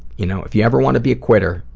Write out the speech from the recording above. you know, if you ever want to be a quitter,